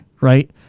right